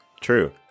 True